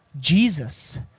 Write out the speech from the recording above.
Jesus